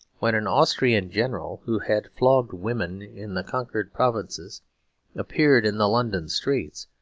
when an austrian general who had flogged women in the conquered provinces appeared in the london streets,